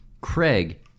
Craig